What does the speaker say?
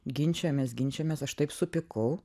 ginčijomės ginčijomės aš taip supykau